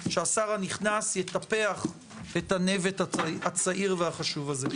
שהשר הנכנס יטפח את הנבט הצעיר והחשוב הזה.